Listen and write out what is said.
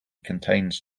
contains